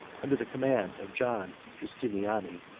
under the command of john justiniani,